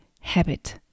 habit